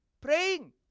Praying